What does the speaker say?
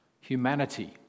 humanity